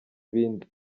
ibindi